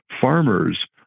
Farmers